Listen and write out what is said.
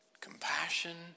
compassion